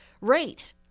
rate